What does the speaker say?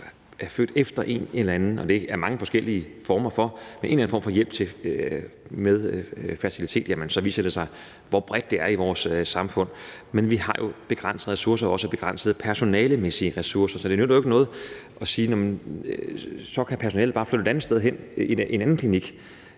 er født efter en eller anden form for fertilitetshjælp – og det er der mange forskellige former for – viser det, hvor bredt det er i vores samfund. Men vi har jo begrænsede ressourcer og også begrænsede personalemæssige ressourcer, så det nytter jo ikke noget at sige: Så kan personalet bare flytte et andet sted hen, på en anden klinik,